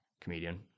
comedian